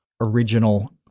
original